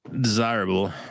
Desirable